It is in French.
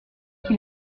qui